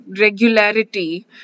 regularity